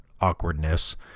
awkwardness